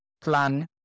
plan